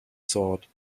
thought